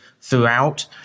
throughout